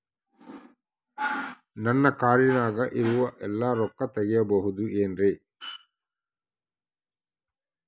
ನನ್ನ ಕಾರ್ಡಿನಾಗ ಇರುವ ಎಲ್ಲಾ ರೊಕ್ಕ ತೆಗೆಯಬಹುದು ಏನ್ರಿ?